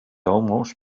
almost